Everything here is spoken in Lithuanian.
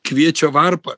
kviečio varpa